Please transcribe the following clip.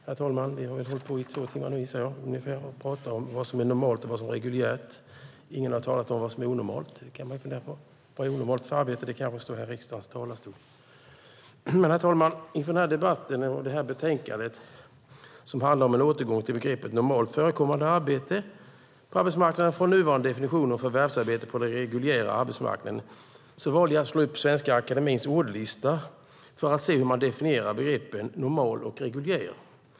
Herr talman! Nu har vi hållit på i ungefär två timmar och pratat om vad som är normalt och vad som är reguljärt. Ingen har talat om vad som är onormalt. Det kan man fundera på. Vad är ett onormalt arbete? Det kanske är att stå här i riksdagens talarstol. Inför debatten om detta betänkande som handlar om en återgång till begreppet "normalt förekommande arbete på arbetsmarknaden" från nuvarande definition "förvärvsarbete på den reguljära arbetsmarknaden" valde jag att slå upp Svenska Akademiens ordlista för att se hur man definierar begreppen "normal" och "reguljär".